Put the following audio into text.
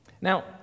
now